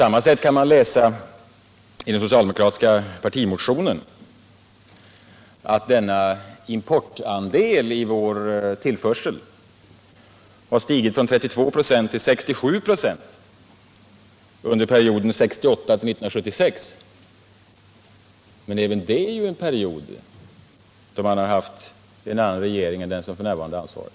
Man kan också läsa i den socialdemokratiska partimotionen att importandelen på detta område har stigit från 32 till 67 26 under perioden 1968-1976. Men också det är ju en period då vi hade en annan regering än den som f. n. har ansvaret.